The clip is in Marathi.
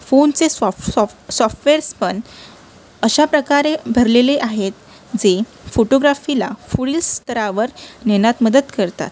फोनचे सॉफ्ट सॉफ्ट सॉफ्टवेअर्स पण अशा प्रकारे भरलेले आहेत जे फोटोग्राफीला पुढील स्तरावर नेण्यात मदत करतात